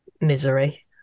misery